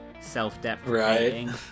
Self-deprecating